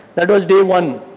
that was day one.